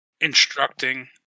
instructing